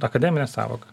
akademinė sąvoka